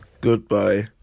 goodbye